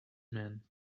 man